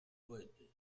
cohete